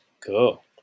cool